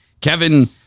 Kevin